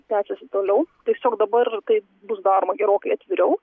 tęsiasi toliau tiesiog dabar tai bus daroma gerokai atviriau